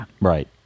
Right